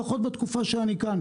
לפחות בתקופה שאני כאן.